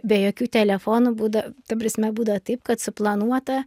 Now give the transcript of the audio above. be jokių telefonų būda ta prasme būdavo taip kad suplanuota